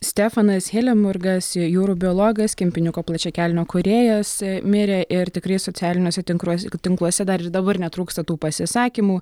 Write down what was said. stefanas helenburgas jūrų biologas kempiniuko plačiakelnio kūrėjas mirė ir tikrai socialiniuose tinkruos tinkluose dar ir dabar netrūksta tų pasisakymų